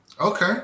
Okay